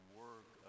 work